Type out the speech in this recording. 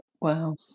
Wow